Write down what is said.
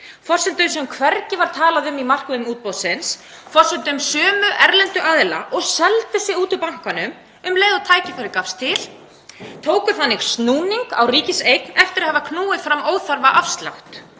forsendur sem hvergi var talað um í markmiðum útboðsins, forsendur sömu erlendu aðila og seldu sig út úr bankanum um leið og tækifæri gafst og tóku þannig snúning á ríkiseign eftir að hafa knúið fram óþarfaafslátt.